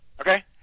Okay